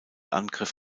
angriff